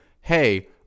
hey